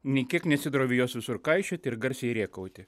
nė kiek nesidrovi jos visur kaišioti ir garsiai rėkauti